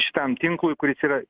šitam tinklui kuris yra